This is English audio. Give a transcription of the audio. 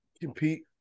compete